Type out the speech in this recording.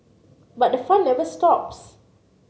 but the fun never stops